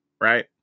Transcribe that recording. right